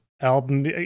album